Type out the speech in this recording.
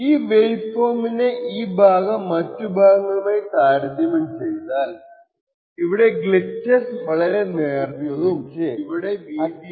ഈ വേവ് ഫോമിന്റെ ഈ ഭാഗം മറ്റു ഭാഗങ്ങളുമായി താരാതമ്യം ചെയ്താൽ ഇവിടെ ഗ്ലിച്ചസ് വളരെ നേർത്തതും ഇവിടെ വീതിയേറിയതും ആണെന്ന് കാണാം